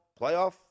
playoff